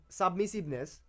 submissiveness